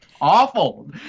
awful